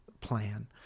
plan